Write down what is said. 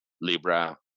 Libra